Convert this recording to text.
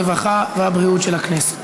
הרווחה והבריאות נתקבלה.